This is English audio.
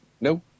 no